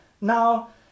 Now